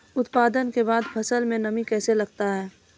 उत्पादन के बाद फसल मे नमी कैसे लगता हैं?